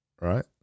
Right